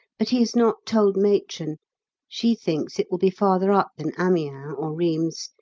but he has not told matron she thinks it will be farther up than amiens or rheims,